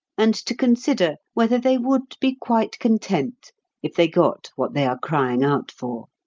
and to consider whether they would be quite content if they got what they are crying out for.